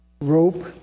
rope